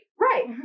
Right